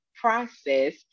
process